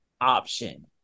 option